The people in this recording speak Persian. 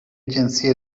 جنسی